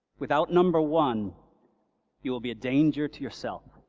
without number one you'll be a danger to yourself.